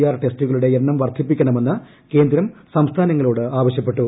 R ടെസ്റ്റുകളുടെ എണ്ണം വർദ്ധിപ്പിക്കണമെന്ന് കേന്ദ്രം സംസ്ഥാനങ്ങളോട് ആവശ്യപ്പെട്ടു